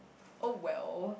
oh well